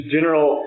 General